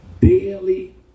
Daily